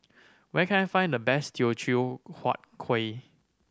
where can I find the best Teochew Huat Kuih